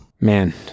Man